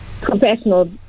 professional